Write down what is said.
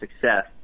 success